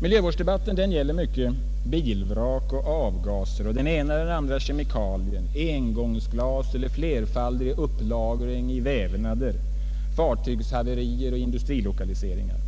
Miljövårdsdebatten rör sig mycket om bilvrak och avgaser, den ena eller andra kemikalien, engångsglas eller flerfaldig upplagring i vävnader, fartygshaverier och industrilokaliseringar.